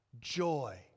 joy